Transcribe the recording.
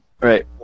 Right